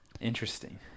Interesting